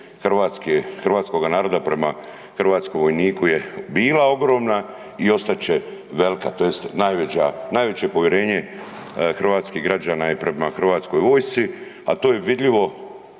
povjerenje hrvatskoga naroda prema hrvatskom vojniku je bila ogromna i ostat će velika tj. najveće povjerenje hrvatskih građana je prema Hrvatskoj vojsci. A to je vidljivo